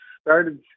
started